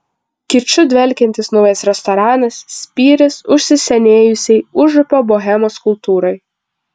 kiču dvelkiantis naujas restoranas spyris užsisenėjusiai užupio bohemos kultūrai